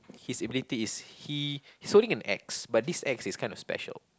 he's ability is he he's holding an axe but this axe is kind of special